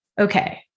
okay